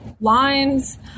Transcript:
lines